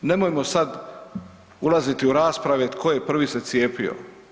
Nemojmo sad ulaziti u rasprave tko je prvi se cijepio.